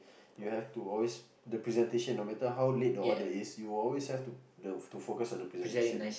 you have to always the presentation no matter how late the order is you always have to the to focus on the presentation